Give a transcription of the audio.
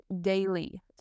daily